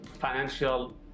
financial